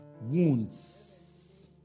Wounds